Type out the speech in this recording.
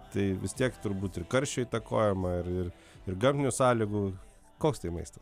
tai vis tiek turbūt ir karščio įtakojama ir ir ir gamtinių sąlygų koks tai maistas